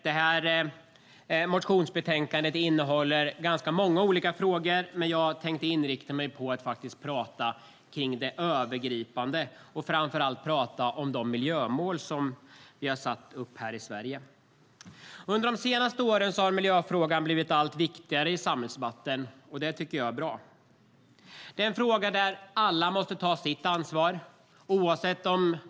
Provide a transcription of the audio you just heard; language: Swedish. Det här motionsbetänkandet innehåller ganska många olika frågor, men jag tänkte inrikta mig på att prata om det övergripande och framför allt om de miljömål som vi har satt upp här i Sverige. Under de senaste åren har miljöfrågan blivit allt viktigare i samhällsdebatten. Det tycker jag är bra. Det är en fråga där alla måste ta sitt ansvar.